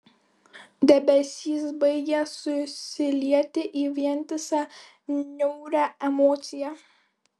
debesys baigė susilieti į vientisą niaurią emociją